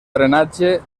drenatge